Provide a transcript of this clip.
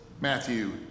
Matthew